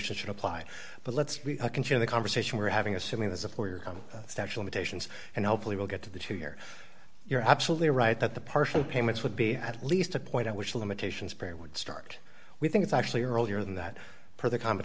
motivation should apply but let's continue the conversation we're having assuming there's a poor statue limitations and hopefully we'll get to the two year you're absolutely right that the partial payments would be at least a point at which limitations perry would start we think it's actually earlier than that for the comment